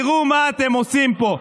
תראו מה אתם עושים פה,